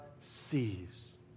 sees